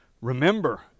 Remember